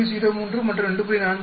03 மற்றும் 2